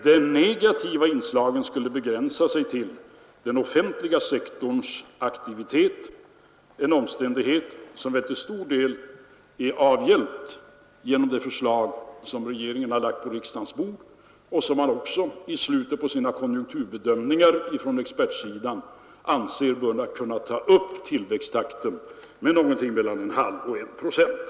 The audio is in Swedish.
De negativa inslagen skulle begränsa sig till den offentliga sektorns aktivitet — en omständighet som väl till stor del är avhjälpt genom det förslag som regeringen har lagt på riksdagens bord. I slutet av sina konjunkturbedömningar anser experterna också att detta bör kunna öka tillväxttakten med mellan 0,5 och 1 procent.